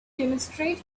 demonstrate